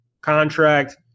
contract